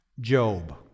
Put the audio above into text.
Job